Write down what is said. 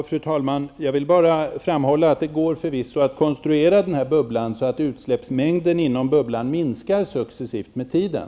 Fru talman! Jag vill bara framhålla att det förvisso går att konstruera den här bubblan så att utsläppsmängden inom bubblan minskar successivt med tiden.